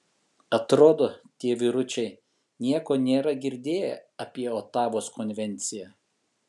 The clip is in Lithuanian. atrodo tie vyručiai nieko nėra girdėję apie otavos konvenciją